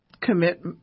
Commit